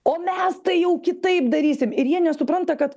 o mes tai jau kitaip darysim ir jie nesupranta kad